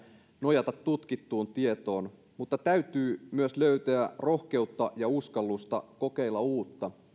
nojata tutkittuun tietoon mutta täytyy myös löytää rohkeutta ja uskallusta kokeilla uutta